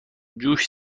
جوش